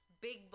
big